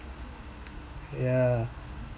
yeah